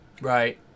Right